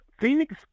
Phoenix